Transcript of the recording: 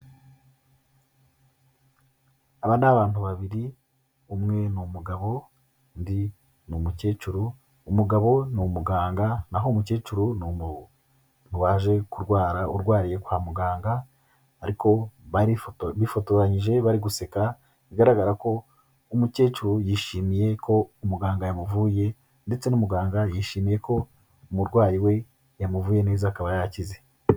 Aba ni abantu babiri, umwe ni umugabo, undi ni umukecuru, umugabo ni umuganga, n'aho umukecuru ni umuntu waje kurwara, urwariye kwa muganga, ariko bifotoranyije bari guseka, bigaragara ko umukecuru yishimiye ko umuganga yamuvuye, ndetse n'umuganga yishimiye ko umurwayi we yamuvuye neza akaba yakize.